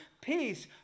peace